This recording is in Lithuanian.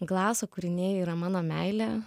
glaso kūriniai yra mano meilė